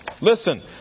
Listen